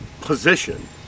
position